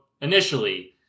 initially